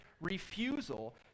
refusal